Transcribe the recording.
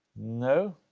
no.